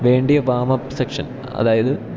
വേണ്ടിയ warm up session അതായത്